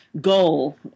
goal